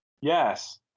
Yes